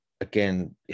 Again